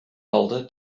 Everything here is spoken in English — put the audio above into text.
older